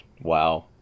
wow